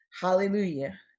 Hallelujah